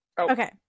Okay